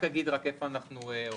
אגיד איפה אנחנו אוחזים.